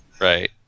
Right